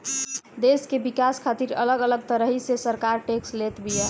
देस के विकास खातिर अलग अलग तरही से सरकार टेक्स लेत बिया